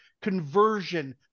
conversion